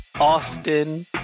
Austin